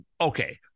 okay